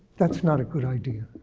that's not a good idea.